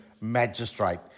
Magistrate